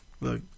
Look